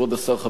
כבוד השר,